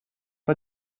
pas